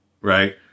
right